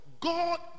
God